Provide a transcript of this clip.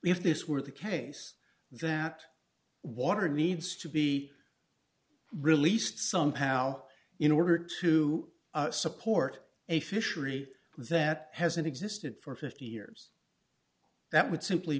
if this were the case that water needs to be released some pow in order to support a fishery that hasn't existed for fifty years that would simply